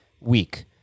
week